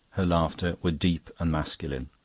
her laughter, were deep and masculine.